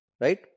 right